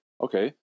okay